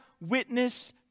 witness